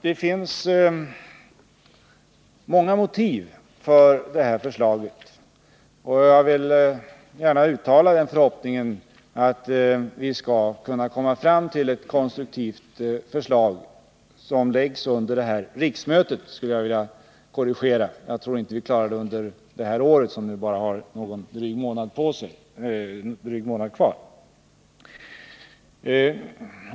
Det finns många motiv för det här förslaget, och jag vill gärna uttala den förhoppningen att vi under det här riksmötet skall kunna komma fram till ett konstruktivt förslag. Jag skulle vilja korrigera på den här punkten, eftersom jag inte tror att vi klarar det under det här året. Det är ju bara drygt en månad kvar.